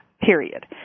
period